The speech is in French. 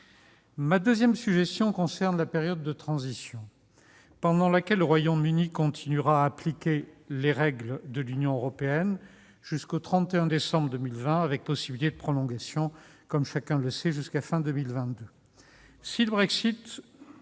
Ma deuxième suggestion concerne la période de transition pendant laquelle le Royaume-Uni continuera à appliquer les règles de l'Union européenne, à savoir jusqu'au 31 décembre 2020, avec possibilité de prolongation, comme chacun sait, jusqu'à fin 2022.